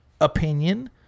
opinion